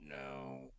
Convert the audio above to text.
No